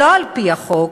שלא על-פי החוק